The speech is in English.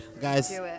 Guys